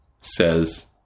says